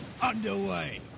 underway